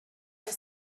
for